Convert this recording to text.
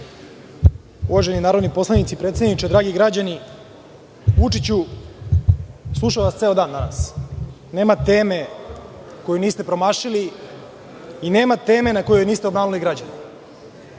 Uvaženi narodni poslanici, predsedniče, dragi građani, Vučiću, slušam vas ceo dan danas, nema teme koju niste promašili i nema teme na kojoj niste obmanuli građane. Pre